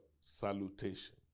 salutation